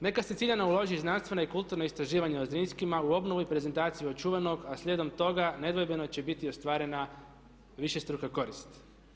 Neka se ciljano uloži i znanstvena i kulturna istraživanja o Zrinskima u obnovu i prezentaciju očuvanog a slijedom toga nedvojbeno će biti ostvarena višestruka korist.